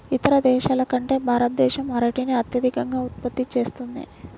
ఇతర దేశాల కంటే భారతదేశం అరటిని అత్యధికంగా ఉత్పత్తి చేస్తుంది